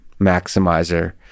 maximizer